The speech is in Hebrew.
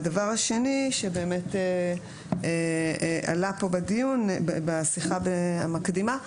דבר שני שבאמת עלה פה בדיון בשיחה המקדימה,